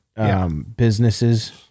Businesses